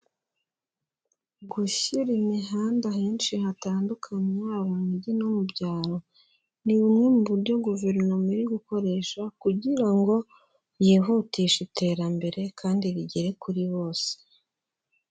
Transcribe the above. Gushyira imihanda henshi hatandukanye, haba mu mijyi no mu byaro, ni bumwe mu buryo guverinoma iri gukoresha kugira ngo yihutishe iterambere kandi rigere kuri bose.